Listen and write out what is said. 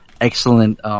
excellent